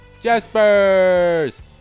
Jaspers